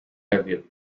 earlier